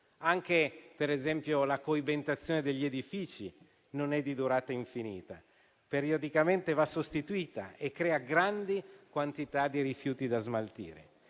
ciclo. La stessa coibentazione degli edifici, ancora, non è di durata infinita; periodicamente va sostituita e crea grandi quantità di rifiuti da smaltire.